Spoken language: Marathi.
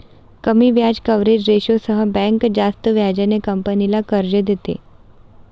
कमी व्याज कव्हरेज रेशोसह बँक जास्त व्याजाने कंपनीला कर्ज देते